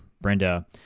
Brenda